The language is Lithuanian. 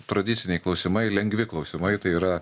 tradiciniai klausimai lengvi klausimai tai yra